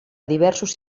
diversos